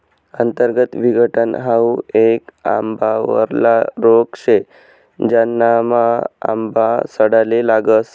अंतर्गत विघटन हाउ येक आंबावरला रोग शे, ज्यानामा आंबा सडाले लागस